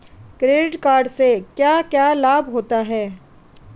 Credit card से क्या क्या लाभ होता है?